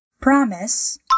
promise